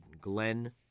Glenn